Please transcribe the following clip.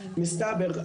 מסתבר,